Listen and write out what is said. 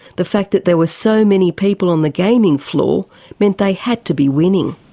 the fact that there were so many people on the gaming floor meant they had to be winning.